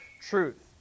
truth